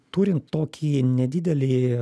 turint tokį nedidelį